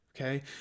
okay